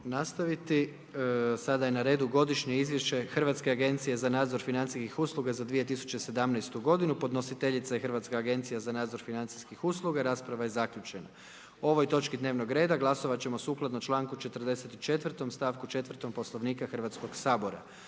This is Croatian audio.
nastaviti. Sada je na redu Godišnje izvješće Hrvatske agencije za nadzor financijskih usluga za 2017. g., podnositeljica je Hrvatska agencija za nadzor financijskih usluga, rasprava je zaključena. O ovoj točki dnevnog reda glasovat čekom sukladno članku 44. stavku 4. Poslovnika Hrvatskog sabora.